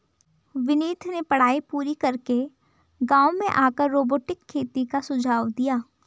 विनीत ने पढ़ाई पूरी करके गांव में आकर रोबोटिक खेती का सुझाव दिया